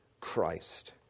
Christ